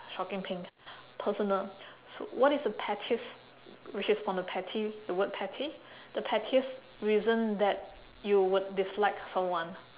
shocking pink personal so what is the pettiest which is from the petty the word petty the pettiest reason that you would dislike someone